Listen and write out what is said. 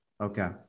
okay